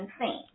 insane